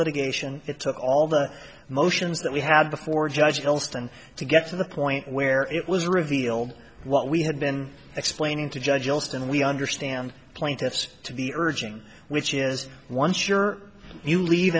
litigation it took all the motions that we had before judge alston to get to the point where it was revealed what we had been explaining to judge us and we understand plaintiff's to the urging which is one sure you leave